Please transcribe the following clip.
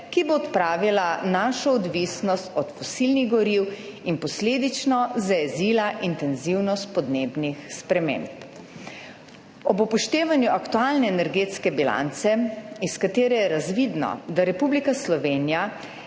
ki bo odpravila našo odvisnost od fosilnih goriv in posledično zajezila intenzivnost podnebnih sprememb. Ob upoštevanju aktualne energetske bilance, iz katere je razvidno, da Republika Slovenija